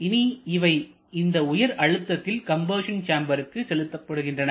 இனி இவை இந்த உயர் அழுத்தத்தில் கம்பஷன் சேம்பருக்கு செல்லப்படுகின்றன